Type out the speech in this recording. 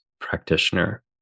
practitioner